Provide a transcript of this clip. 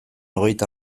hogeita